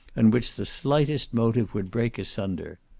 and which the slightest motive would break asunder.